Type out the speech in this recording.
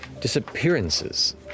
disappearances